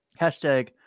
Hashtag